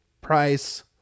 Price